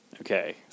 Okay